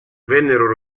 vennero